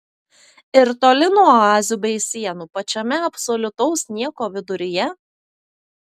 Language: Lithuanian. ir toli nuo oazių bei sienų pačiame absoliutaus nieko viduryje